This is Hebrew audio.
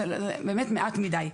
זה באמת מעט מדי.